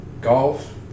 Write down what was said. golf